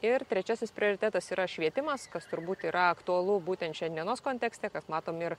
ir trečiasis prioritetas yra švietimas kas turbūt yra aktualu būtent šiandienos kontekste matom ir